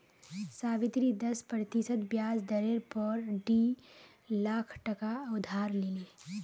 सावित्री दस प्रतिशत ब्याज दरेर पोर डी लाख टका उधार लिले